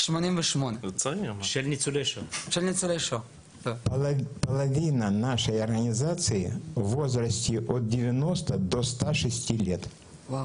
ניצולי השואה בעמותה שלנו הוא 88. חצי